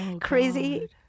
crazy